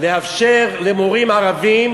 לאפשר למורים ערבים